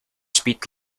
speed